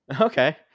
Okay